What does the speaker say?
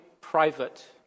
private